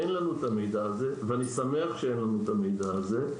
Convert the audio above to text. אין לנו המידע הזה, ואני שמח שאין לנו המידע הזה.